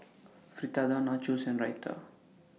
Fritada Nachos and Raita